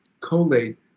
collate